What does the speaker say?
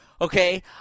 okay